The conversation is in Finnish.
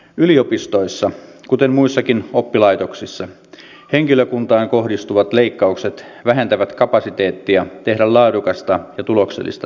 yliopistoissa kuten muissakin oppilaitoksissa henkilökuntaan kohdistuvat leikkaukset vähentävät kapasiteettia tehdä laadukasta ja tuloksellista työtä